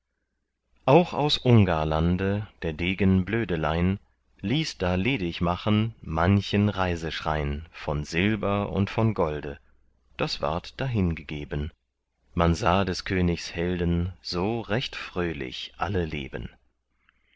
auch aus ungarlande der degen blödelein ließ da ledig machen manchen reiseschrein von silber und von golde das ward dahin gegeben man sah des königs helden so recht fröhlich alle leben